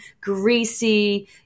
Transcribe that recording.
greasy